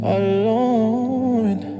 alone